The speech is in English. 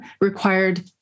required